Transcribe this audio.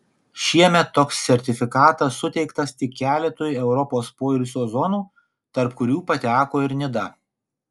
šiemet toks sertifikatas suteiktas tik keletui europos poilsio zonų tarp kurių pateko ir nida